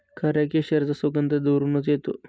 खऱ्या केशराचा सुगंध दुरूनच येतो